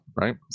right